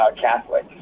Catholic